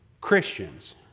Christians